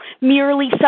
merely